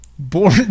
Born